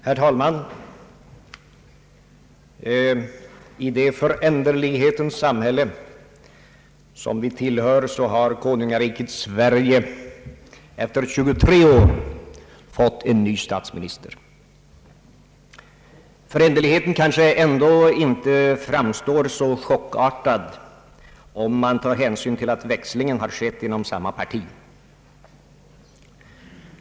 Herr talman! I det föränderlighetens samhälle som vi tillhör har konungariket Sverige efter 23 år fått en ny statsminister. Föränderligheten kanske inte framstår som så chockerande om man tar hänsyn till att växlingen har skett inom samma parti.